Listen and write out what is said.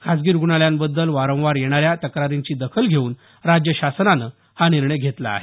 खासगी रुग्णालयांबद्दल वारंवार येणाऱ्या तक्रारींची दखल घेऊन राज्य शासनानं हा निर्णय घेतला आहे